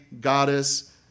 goddess